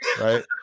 right